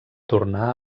tornar